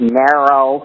narrow